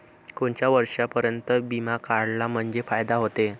कोनच्या वर्षापर्यंत बिमा काढला म्हंजे फायदा व्हते?